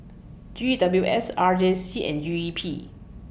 G W S R J C and G E P